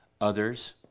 others